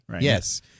yes